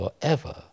forever